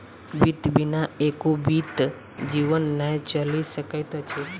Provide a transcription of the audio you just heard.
वित्त बिना एको बीत जीवन नै चलि सकैत अछि